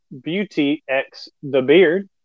BeautyXTheBeard